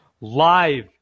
live